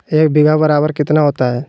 एक बीघा बराबर कितना होता है?